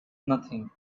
nothing